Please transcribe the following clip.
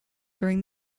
during